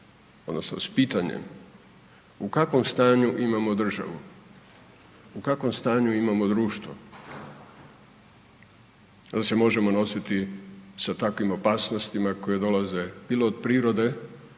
odnosno s pitanjem u kakvom stanju imamo državu, u kakvom stanju imamo društvo, dal se možemo nositi sa takvim opasnostima koje dolaze bilo od prirode,